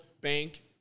bank